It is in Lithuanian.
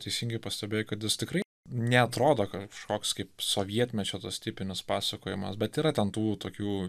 teisingai pastebėjai kad jis tikrai neatrodo kad kažkoks kaip sovietmečio tas tipinis pasakojimas bet yra ten tų tokių